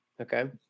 okay